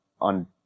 on